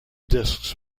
discs